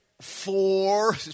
four